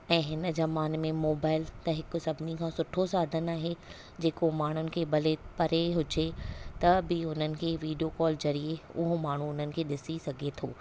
ऐं हिन ज़माने में मोबाइल त हिकु सभनी खां सुठो साधन आहे जेको माण्हुनि खे भले परे ई हुजे त बि हुननि खे वीडियो कॉल ज़रिए उहो माण्हू हुननि खे ॾिसी सघे थो